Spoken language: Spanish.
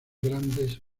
grandes